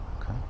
Okay